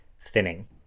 thinning